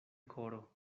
koro